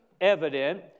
evident